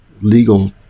legal